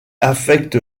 affecte